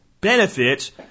benefits